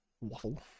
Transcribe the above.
Waffle